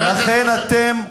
לכן אתם,